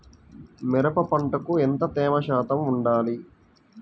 మిరప పంటకు ఎంత తేమ శాతం వుండాలి?